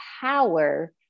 power